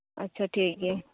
ᱟᱪ ᱪᱷᱟ ᱴᱷᱤᱠ ᱜᱮᱭᱟ